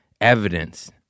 evidence